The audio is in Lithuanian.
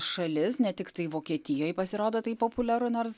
šalis ne tiktai vokietijoj pasirodo tai populiaru nors